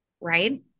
Right